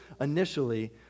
initially